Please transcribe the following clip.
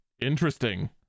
interesting